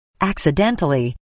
Accidentally